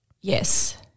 Yes